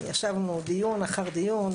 ישבנו דיון אחר דיון,